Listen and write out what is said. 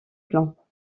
plans